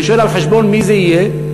אני שואל: על חשבון מי זה יהיה?